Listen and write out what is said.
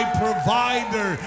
provider